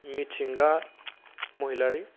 मिथिंगा महिलारि